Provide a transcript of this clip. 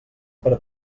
per